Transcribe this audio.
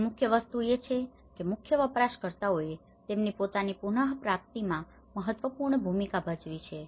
અહી મુખ્ય વસ્તુ એ છે કે મુખ્ય વપરાશકર્તાઓએ તેમની પોતાની પુનપ્રાપ્તિમાં મહત્વપૂર્ણ ભૂમિકા ભજવી છે